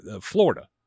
Florida